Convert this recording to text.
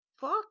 fuck